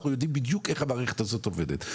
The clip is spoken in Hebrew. אנחנו יודעים בדיוק איך המערכת הזאת עובדת.